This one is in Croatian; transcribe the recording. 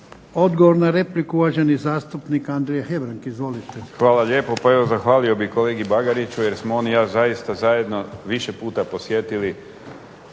Odgovor na repliku uvaženi zastupnik Andrija Hebrang. Izvolite.